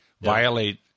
violate